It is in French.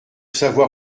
savoir